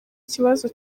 kibazo